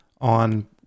on